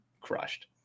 crushed